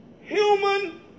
human